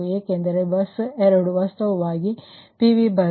ಏಕೆಂದರೆ ಬಸ್ 2 ವಾಸ್ತವವಾಗಿ ಇದು PV ಬಸ್